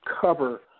cover